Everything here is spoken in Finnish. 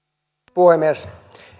puhemies